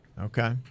Okay